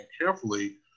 carefully